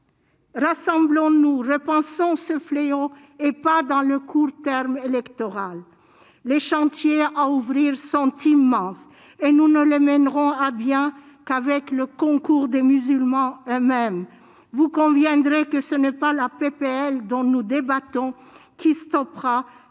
Rassemblons-nous, repensons ce fléau, et pas dans le court terme électoral. Les chantiers à ouvrir sont immenses, et nous ne les mènerons à bien qu'avec le concours des musulmans eux-mêmes. Vous conviendrez que ce n'est pas la proposition de loi dont nous débattons qui stoppera